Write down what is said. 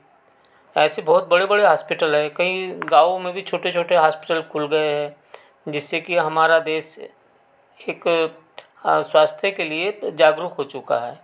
ऐसे बहुत बड़े बड़े हॉस्पिटल हैं कहीं गाँव में भी छोटे छोटे हॉस्पिटल खुल गए हैं जिससे कि हमारा देश एक स्वास्थ्य के लिए जागरूक हो चुका है